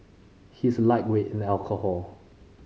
he is a lightweight in alcohol